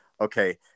Okay